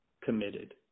committed